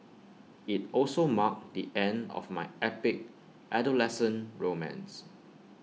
IT also marked the end of my epic adolescent romance